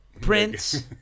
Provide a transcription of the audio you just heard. Prince